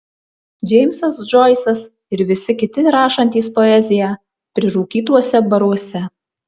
džeimsas džoisas ir visi kiti rašantys poeziją prirūkytuose baruose